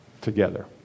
together